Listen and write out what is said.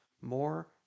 more